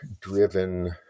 driven